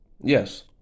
Yes